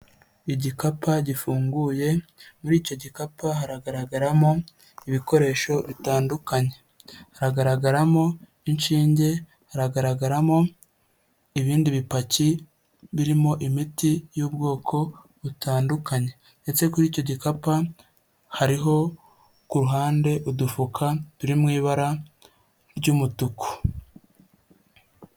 Igikapu gifunguye muri icyo gikapu haragaragaramo ibikoresho bitandukanye, hagaragaramo inshinge haragaragaramo ibindi bipaki birimo imiti y'ubwoko butandukanye ndetse kuri icyo gikapu hariho ku ruhande udufuka turi mu ibara ry'umutuku.